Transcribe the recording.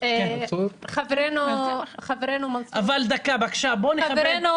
חברנו מנסור, אל"ף